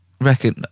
reckon